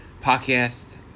podcast